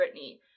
Britney